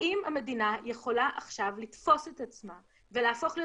האם המדינה יכולה עכשיו לתפוס את עצמה ולהפוך להיות